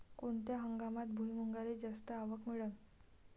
कोनत्या हंगामात भुईमुंगाले जास्त आवक मिळन?